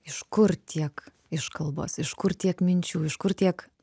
iš kur tiek iškalbos iš kur tiek minčių iš kur tiek